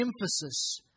emphasis